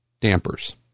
dampers